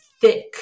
thick